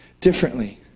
differently